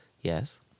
yes